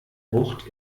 bucht